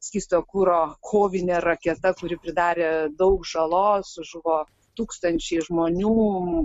skysto kuro kovinė raketa kuri pridarė daug žalos žuvo tūkstančiai žmonių